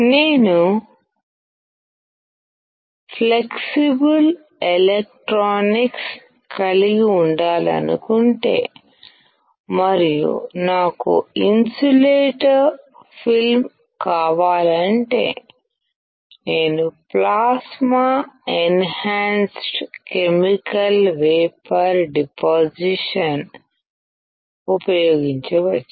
నేను flexible electronics కలిగి ఉండాలనుకుంటే మరియు నాకు ఇన్సులేటర్ ఫిల్మ్ కావాలంటే నేను plasma enhanced chemical vapour deposition ఉపయోగించవచ్చు